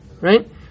right